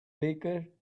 baker